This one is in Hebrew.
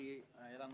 ואנוכי - יש לנו